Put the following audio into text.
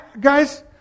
guys